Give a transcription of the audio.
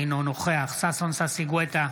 אינו נוכח ששון ששי גואטה,